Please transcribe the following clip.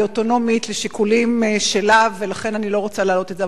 היא אוטונומית בשיקולים שלה ולכן אני לא רוצה להעלות את זה.